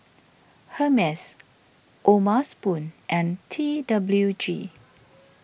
Hermes O'ma Spoon and T W G